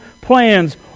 plans